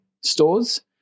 stores